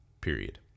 period